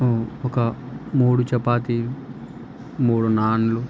ఒక మూడు చపాతీ మూడు నాన్లు